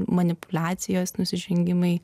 manipuliacijos nusižengimai